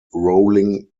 rolling